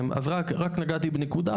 אז רק נגעתי בנקודה,